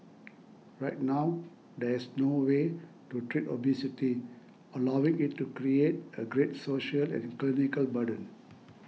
right now there's no way to treat obesity allowing it to create a great social and clinical burden